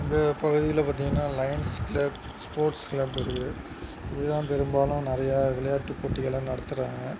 எங்கள் பகுதியில் பார்த்திங்கன்னா லைன்ஸ் கிளப் ஸ்போர்ட்ஸ் கிளப் இருக்குது இதுதான் பெரும்பாலும் நிறையா விளையாட்டு போட்டிகளெலாம் நடத்துகிறாங்க